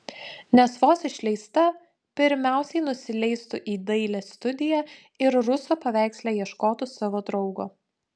nes vos išleista pirmiausiai nusileistų į dailės studiją ir ruso paveiksle ieškotų savo draugo